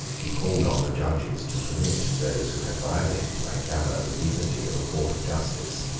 he called on the judges to commit those who had violated, by clamour, the dignity of a court of justice.